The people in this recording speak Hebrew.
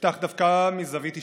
אפתח דווקא מזווית אישית: